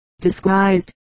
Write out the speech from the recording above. disguised